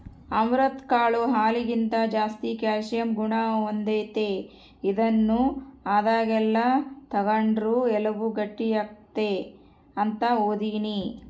amaranth ಕಾಳು ಹಾಲಿಗಿಂತ ಜಾಸ್ತಿ ಕ್ಯಾಲ್ಸಿಯಂ ಗುಣ ಹೊಂದೆತೆ, ಇದನ್ನು ಆದಾಗೆಲ್ಲ ತಗಂಡ್ರ ಎಲುಬು ಗಟ್ಟಿಯಾಗ್ತತೆ ಅಂತ ಓದೀನಿ